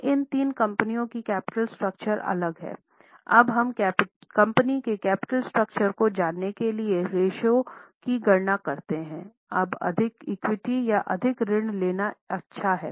तो इन तीन कंपनियों की कैपिटल स्ट्रक्चर को जानने के लिए रेश्यो की गणना करते हैं अब अधिक इक्विटी या अधिक ऋण लेना अच्छा है